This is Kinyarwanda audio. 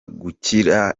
gukira